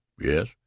Yes